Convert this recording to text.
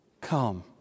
come